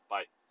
Bye